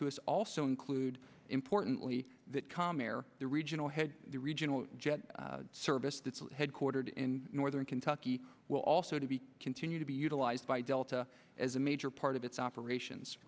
to us also include importantly that comair the regional head the regional jet service that's headquartered in northern kentucky will also to be continue to be utilized by delta as a major part of its operations